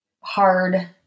hard